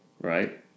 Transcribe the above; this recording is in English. right